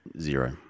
Zero